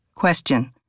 Question